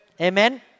Amen